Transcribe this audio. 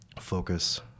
focus